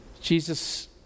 Jesus